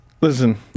Listen